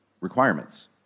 requirements